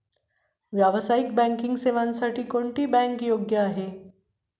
व्यावसायिक बँकिंग सेवांसाठी कोणती बँक योग्य आहे?